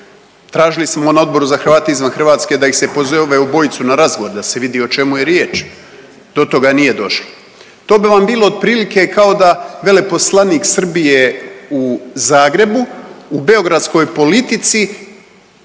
Tražili smo na Odboru za Hrvate izvan Hrvatske da ih se pozove ove obojicu na razgovor da se vidi o čemu je riječ, do toga nije došlo. To bi vam bilo otprilike kao da veleposlanik Srbije u Zagrebu u beogradskoj politici